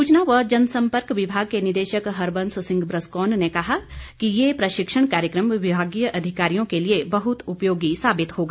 सूचना व जनसम्पर्क विभाग के निदेशक हरबंस सिंह ब्रसकोन ने कहा कि यह प्रशिक्षण कार्यक्रम विभागीय अधिकारियों के लिए बहुत उपयोगी साबित होगा